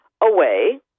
away